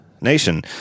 nation